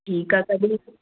ठीकु आहे तॾहिं